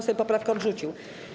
Sejm poprawkę odrzucił.